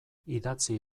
idatzi